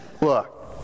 look